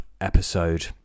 episode